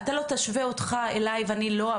אתה לא תשווה אותך אליי ואני לא,